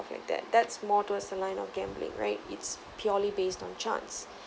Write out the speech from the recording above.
like that that's more towards the line of gambling right it's purely based on chance